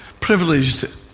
Privileged